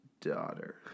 daughter